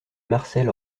marcel